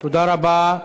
תודה רבה.